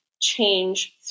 change